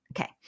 okay